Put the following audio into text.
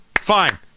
Fine